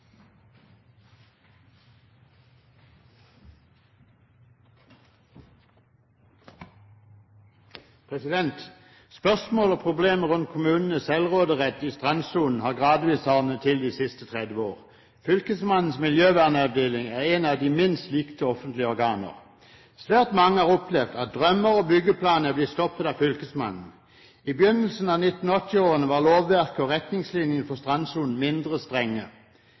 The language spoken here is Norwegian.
Spørsmål og problemer rundt kommunenes selvråderett i strandsonen har gradvis hardnet til de siste 30 år. Fylkesmannens miljøvernavdeling er en av de minst likte offentlige organer. Svært mange har opplevd at drømmer og byggeplaner er blitt stoppet av fylkesmannen. I begynnelsen av 1980-årene var lovverket og retningslinjene for strandsonen mindre strenge.